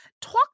talk